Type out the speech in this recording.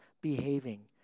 behaving